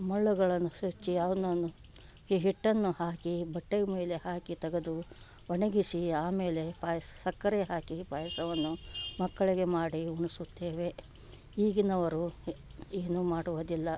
ಮುಳ್ಳುಗಳನ್ನು ಚುಚ್ಚಿ ಅವನ್ನು ಈ ಹಿಟ್ಟನ್ನು ಹಾಕಿ ಬಟ್ಟೆ ಮೇಲೆ ಹಾಕಿ ತೆಗೆದು ಒಣಗಿಸಿ ಆಮೇಲೆ ಪಾಯ್ಸ ಸಕ್ಕರೆ ಹಾಕಿ ಪಾಯಸವನ್ನು ಮಕ್ಕಳಿಗೆ ಮಾಡಿ ಉಣಿಸುತ್ತೇವೆ ಈಗಿನವರು ಹೆ ಏನೂ ಮಾಡುವುದಿಲ್ಲ